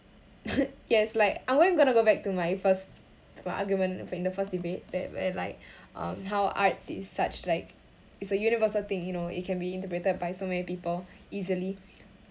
yes like I want going to go back to my first to my argument in the first debate that where like um how art is such like is a universal thing you know it can be interpreted by so many people easily